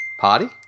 Party